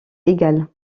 égal